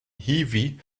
hiwi